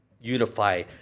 unify